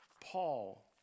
Paul